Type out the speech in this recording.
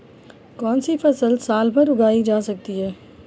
कौनसी फसल साल भर उगाई जा सकती है?